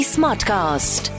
Smartcast